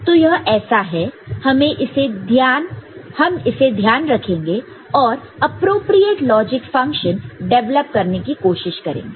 तो यह ऐसा है हम इसे ध्यान रखेंगे और एप्रोप्रियेट लॉजिक फंक्शन डिवेलप करने की कोशिश करेंगे